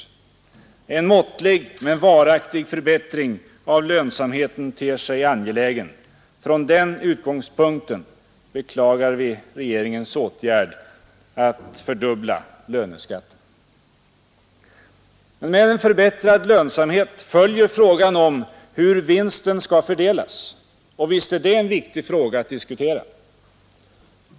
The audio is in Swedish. En måttlig men varaktig förbättring av lönsamheten ter sig angelägen. Från den utgångspunkten beklagar vi regeringens åtgärd att fördubbla löneskatten. Med en förbättrad lönsamhet följer frågan om hur vinsten skall fördelas. Och visst är det en viktig fråga att diskutera.